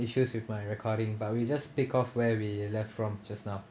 issues with my recording but we just pick off where we left from just now